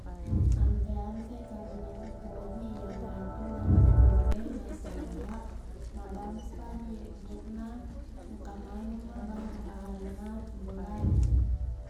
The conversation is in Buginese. Anre-anre kaminang upoji iyanaritu nanre gore nasabaq magammpang iyebbuna engka maneng ma bahan-bahanna ki bola e